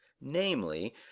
namely